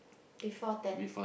before ten